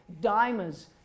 dimers